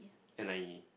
N_I_E